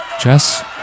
Jess